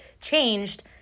changed